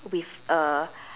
with a